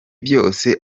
byose